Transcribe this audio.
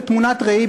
בתמונת ראי,